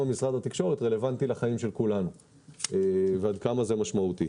משרד התקשורת רלוונטי לחיים לש כולנו ועד כמה זה משמעותי.